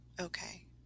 Okay